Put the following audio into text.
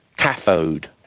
cathode,